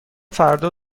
فردا